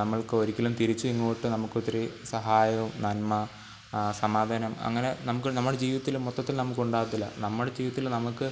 നമ്മൾക്ക് ഒരിക്കലും തിരിച്ച് ഇങ്ങോട്ട് നമുക്കൊത്തിരി സഹായവും നന്മ സമാധാനം അങ്ങനെ നമുക്ക് നമ്മുടെ ജീവിതത്തിൽ മൊത്തത്തിൽ നമുക്കുണ്ടാകത്തില്ല നമ്മുടെ ജീവിതത്തിൽ നമുക്ക്